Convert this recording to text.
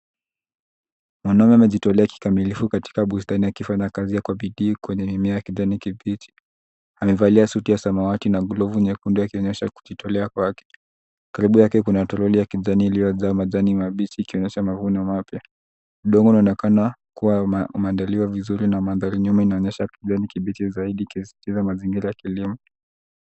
Mwanaume amejitolea kikamilifu katika bustani akifanya kazi kwa bidii kwenye mimea ya kijani kibichi. Amevalia suti ya samawati na glovu nyekundu akionyesha kujitolea kwake. Karibu yake kuna toroli ya kijani ilio jaa majani mabichi ikionyesha mavune mapya. Udongo unaonekana kuwa umeandaliwa vizuri na mandhari nyuma unaonyesha kijani kibichi zaidi ikisistiza mazingira ya kilimo.